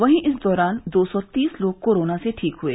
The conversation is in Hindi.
वहीं इस दौरान दो सौ तीस लोग कोरोना से ठीक हुए